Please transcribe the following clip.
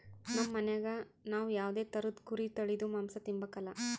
ನಮ್ ಮನ್ಯಾಗ ನಾವ್ ಯಾವ್ದೇ ತರುದ್ ಕುರಿ ತಳೀದು ಮಾಂಸ ತಿಂಬಕಲ